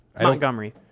Montgomery